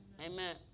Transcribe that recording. Amen